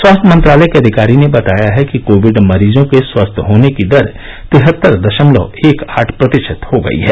स्वास्थ्य मंत्रालय के अधिकारी ने बताया है कि कोविड मरीजों के स्वस्थ होने की दर तिहत्तर दशमलव एक आठ प्रतिशत हो गई है